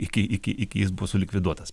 iki iki iki jis buvo sulikviduotas